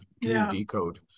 decode